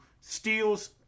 steals